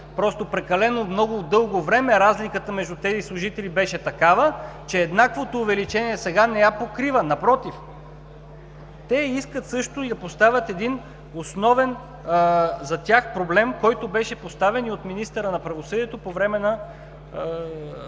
Прекалено дълго време разликата между тези служители беше такава, че еднаквото увеличение сега не я покрива. Напротив, те също я искат и поставят един основен за тях проблем, който беше поставен и от министъра на правосъдието по време на